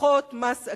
פחות מס עקיף,